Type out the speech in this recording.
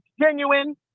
genuine